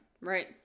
right